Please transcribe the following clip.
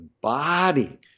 body